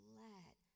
let